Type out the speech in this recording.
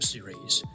Series